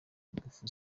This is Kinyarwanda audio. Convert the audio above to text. ingufu